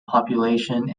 population